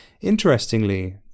Interestingly